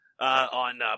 On